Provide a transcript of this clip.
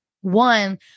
One